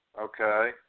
Okay